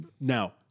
Now